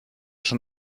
schon